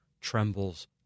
trembles